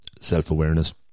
self-awareness